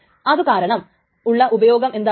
അതുകാരണം ഉള്ള ഉപയോഗം എന്താണ്